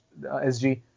SG